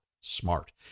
smart